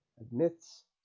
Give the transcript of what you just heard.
admits